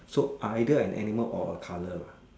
so either an animal or a colour lah